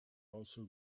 also